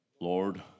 Lord